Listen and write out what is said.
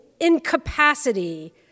incapacity